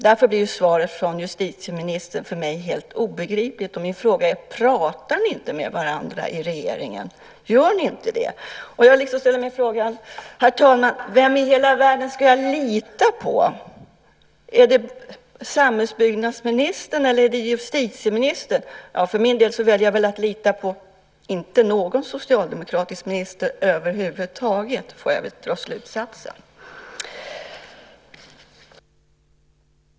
Därför blir svaret från justitieministern för mig helt obegripligt, och min fråga är: Pratar ni inte med varandra i regeringen? Gör ni inte det? Jag ställer mig frågan, herr talman: Vem i hela världen ska jag lita på? Är det samhällsbyggnadsministern eller justitieministern? För min del väljer jag att inte lita på någon socialdemokratisk minister över huvud taget. Den slutsatsen får jag väl dra.